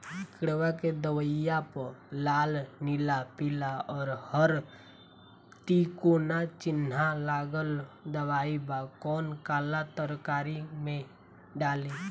किड़वा के दवाईया प लाल नीला पीला और हर तिकोना चिनहा लगल दवाई बा कौन काला तरकारी मैं डाली?